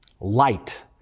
Light